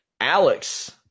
Alex